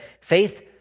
faith